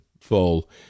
fall